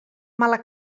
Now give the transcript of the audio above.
mala